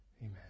Amen